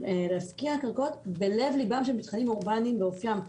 להפקיע קרקעות בלב ליבם של מתחם אורבניים באופיים.